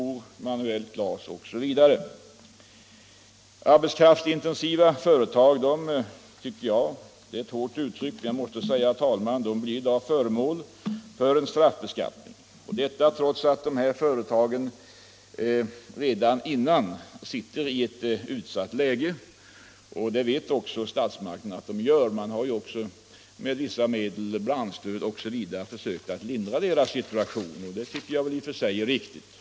Arbetskraftsintensiva företag blir i dag — det är ett hårt uttryck, herr talman, men det är befogat att använda det — föremål för en straffbeskattning. Detta sker trots att dessa företag redan dessförinnan sitter i ett utsatt läge. Statsmakterna vet också att så är förhållandet. De tillgriper vissa medel, bl.a. branschstöd, för att försöka lindra företagens situation, och det tycker jag i och för sig är riktigt.